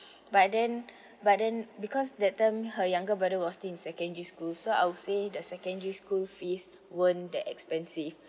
but then but then because that time her younger brother was in secondary school so I'll say the secondary school fees weren't that expensive